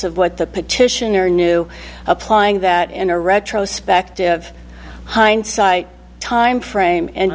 of what the petitioner knew applying that and or retrospectively of hindsight time frame and